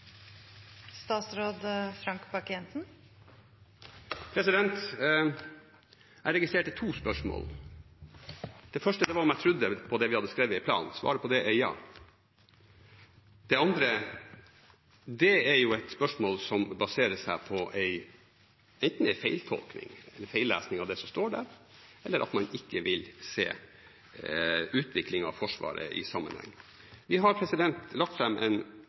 Jeg registrerte to spørsmål. Det første var om jeg trodde på det vi hadde skrevet i planen. Svaret på det er ja. Det andre er et spørsmål som enten baserer seg på en feiltolkning, en feillesing, av det som står der, eller at man ikke vil se utviklingen av Forsvaret i sammenheng. Vi har lagt fram en